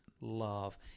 love